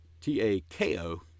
T-A-K-O